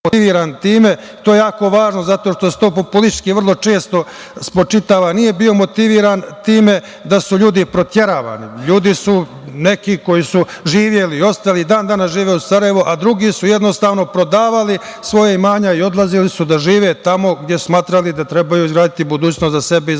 motivisan time i to je jako važno zato što se to populistički vrlo često spočitava. Nije bio motivisan time da su ljudi proterani, ljudi neki koji su živeli ostali su i dan danas žive u Sarajevu, a drugi su jednostavno prodavali svoja imanja i odlazili su da žive tamo gde su smatrali da treba izgraditi budućnost za sebe i svoju